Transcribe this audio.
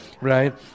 right